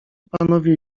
panowie